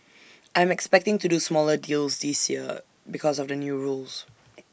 I'm expecting to do smaller deals this year because of the new rules